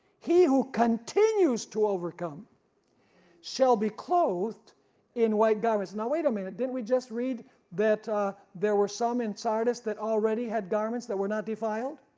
he who continues to overcome shall be clothed in white garments, now wait a minute didn't we just read that there were some in sardis that already had garments that were not defiled?